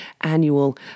annual